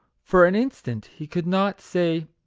for an instant he could not say,